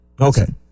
Okay